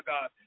God